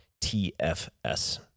TFS